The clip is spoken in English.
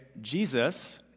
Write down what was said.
Jesus